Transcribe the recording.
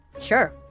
Sure